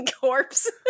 corpse